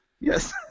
Yes